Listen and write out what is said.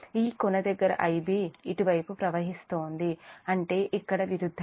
ఈ కొన దగ్గర Ib ఇటువైపు ప్రవహిస్తోందిఅంటే ఇక్కడ విరుద్ధంగా ఉంది